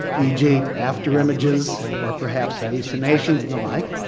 e. g. after-images, or perhaps hallucinations and the like,